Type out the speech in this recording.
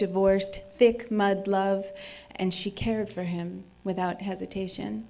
divorced thick mud love and she cared for him without hesitation